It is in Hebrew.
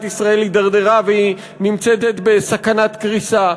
ישראל התדרדרה והיא נמצאת בסכנת קריסה,